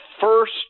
First